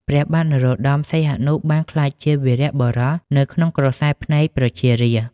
ព្រះបាទនរោត្តម សីហនុបានក្លាយជាវីរបុរសនៅក្នុងក្រសែភ្នែកប្រជារាស្ត្រ។